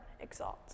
exalt